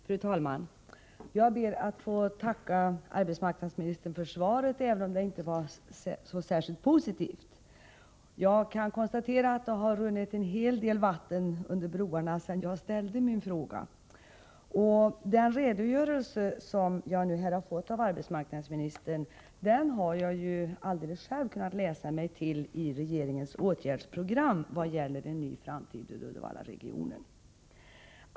Fru talman! Jag ber att få tacka arbetsmarknadsministern för svaret, även om det inte var så särskilt positivt. Jag kan konstatera att det har runnit en hel del vatten under broarna sedan jag ställde min fråga. Den redogörelse som jag nu har fått av arbetsmarknadsministern har jag alldeles själv kunnat läsa mig till i regeringens åtgärdsprogram i vad gäller en ny framtid för Uddevallaregionen.